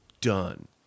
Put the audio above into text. done